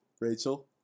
Rachel